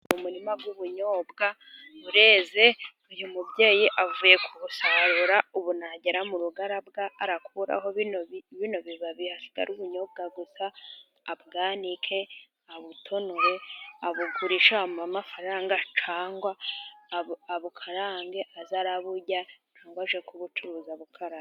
Umuma w'ubunyobwa，ureze， uyu mubyeyi avuye kubusarura， ubu nagera mu rugo， arakuraho bino bibabi hasigare ubunyobwa gusa， abwanike，abutonore，abugurishe bamuhe amafaranga，cyangwa abukarange，age araburya，age kubucuruza bukarane.